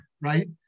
right